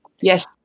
Yes